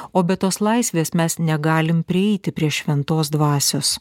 o be tos laisvės mes negalim prieiti prie šventos dvasios